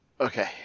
Okay